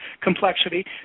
complexity